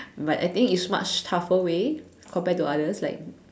but I think it's much tougher way compared to others like